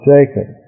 Jacob